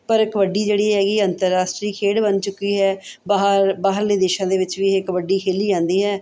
ਪਰ ਕਬੱਡੀ ਜਿਹੜੀ ਹੈਗੀ ਹੈ ਅੰਤਰਰਾਸ਼ਟਰੀ ਖੇਡ ਬਣ ਚੁੱਕੀ ਹੈ ਬਾਹਰ ਬਾਹਰਲੇ ਦੇਸ਼ਾਂ ਦੇ ਵਿੱਚ ਵੀ ਇਹ ਕਬੱਡੀ ਖੇਲੀ ਜਾਂਦੀ ਹੈ